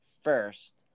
first